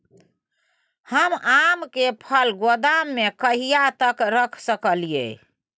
हम आम के फल गोदाम में कहिया तक रख सकलियै?